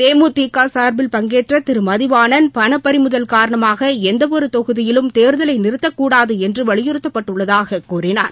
தேமுதிக சார்பில் பங்கேற்ற திரு மதிவாணன் பண பறிமுதல் காரணமாக எந்தவொரு தொகுதியிலும் தேர்தலை நிறுத்தக்கூடாது என்று வலியுறுத்தப்பட்டுள்ளதாக கூறினார்